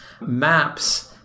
Maps